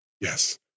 Yes